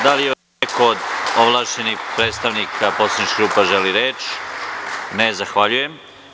Da li još neko od ovlašćenih predstavnika poslaničkih grupa želi reč? (Ne.) Zahvaljujem.